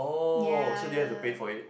yea